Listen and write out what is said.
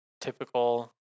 typical